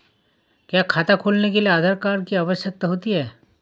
क्या खाता खोलने के लिए आधार कार्ड की आवश्यकता होती है?